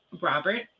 Robert